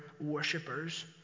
worshippers